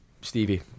Stevie